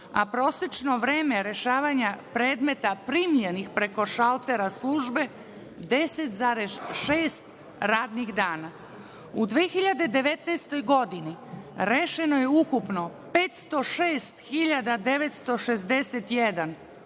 a prosečno vreme rešavanja predmeta primljenih preko šaltera službe 10,6 radnih dana.U 2019. godini rešeno je ukupno 506.961